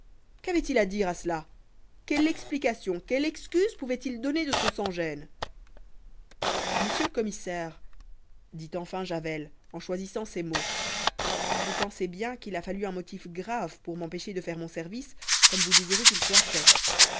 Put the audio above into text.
qu'avaitil à dire à cela quelle explication quelle excuse pouvait-il donner de son sans-gêne monsieur le commissaire dit enfin javel en choisissant ses mots vous pensez bien qu'il a fallu un motif grave pour m'empêcher de faire mon service comme vous désirez qu'il soit fait